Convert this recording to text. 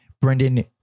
Brendan